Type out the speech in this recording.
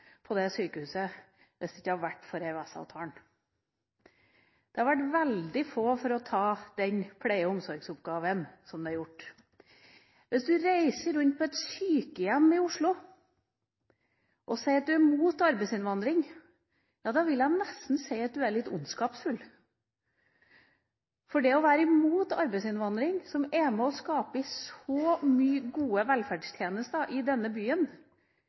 hvis det ikke hadde vært for EØS-avtalen. Det hadde vært veldig få til å ta den pleie- og omsorgsoppgaven som ble gjort. Hvis du reiser rundt på sykehjem i Oslo og sier at du er mot arbeidsinnvandring, vil jeg nesten si at du er litt ondskapsfull. Det å være mot arbeidsinnvandring, som er med på å skape så mange gode velferdstjenester i denne byen,